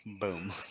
Boom